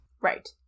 Right